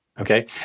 okay